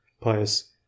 pious